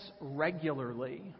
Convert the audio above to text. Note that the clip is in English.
regularly